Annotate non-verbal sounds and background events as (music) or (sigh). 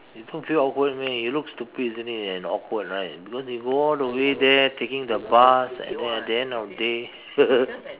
you don't feel awkward meh you look stupid isn't it and awkward right because you go all the way there taking the bus and then at the end of the day (laughs)